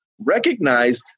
Recognize